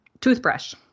toothbrush